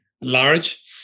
large